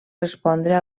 respondre